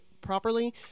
properly